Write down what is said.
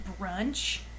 brunch